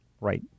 Right